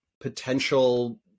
potential